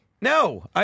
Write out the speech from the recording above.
No